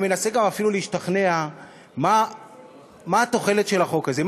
אני מנסה גם אפילו להשתכנע מה התוחלת של החוק הזה,